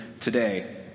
today